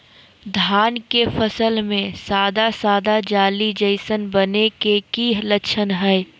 धान के फसल में सादा सादा जाली जईसन बने के कि लक्षण हय?